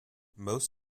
most